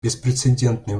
беспрецедентные